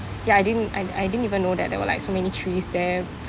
ya I didn't I I didn't even know that there were like so many trees there